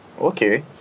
Okay